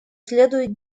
следует